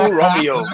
Romeo